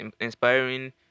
inspiring